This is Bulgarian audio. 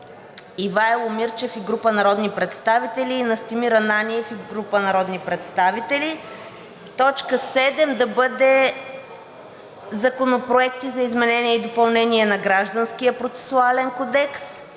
Ивайло Мирчев и група народни представители; Настимир Ананиев и група народни представители. Точка осма да бъде законопроекти за изменение и допълнение на Гражданския процесуален кодекс.